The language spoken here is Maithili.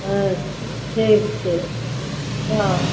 आओर ठीक छै हाँ